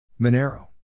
Monero